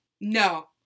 No